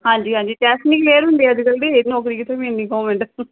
ਹਾਂਜੀ ਹਾਂਜੀ ਟੈਸਟ ਨਹੀਂ ਕਲੀਅਰ ਹੁੰਦੇ ਅੱਜ ਕੱਲ੍ਹ ਦੇ ਨੌਕਰੀ ਕਿੱਥੋਂ ਮਿਲਣੀ ਗੌਰਮੈਂਟ